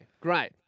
great